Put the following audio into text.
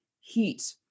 heat